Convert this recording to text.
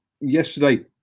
yesterday